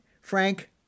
Frank